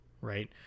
right